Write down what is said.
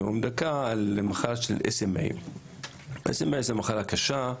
על מחלת SMA. SMA זו מחלה קשה.